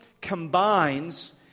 combines